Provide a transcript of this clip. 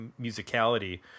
musicality